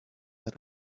lit